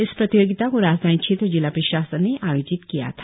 इस प्रतियोगिता को राजधानी क्षेत्र जिला प्रशासन ने आयोजित किया था